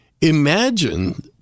imagine